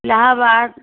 Allahabad